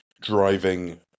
driving